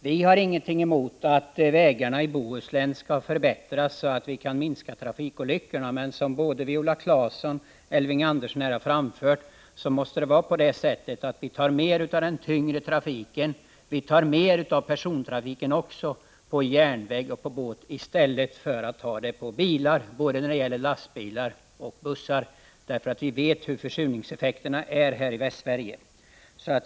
Vi har ingenting emot att vägarna i Bohuslän förbättras, så att antalet trafikolyckor minskar, men som både Viola Claesson och Elving Andersson anfört måste den tyngre trafiken och persontrafiken i större utsträckning gå via järnväg i stället för via bil, lastbil och buss. Vi känner till vilka effekter som försurningen får i Västsverige.